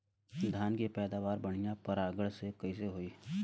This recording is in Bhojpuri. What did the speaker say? धान की पैदावार बढ़िया परागण से कईसे होई?